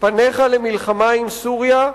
פניך למלחמה עם סוריה,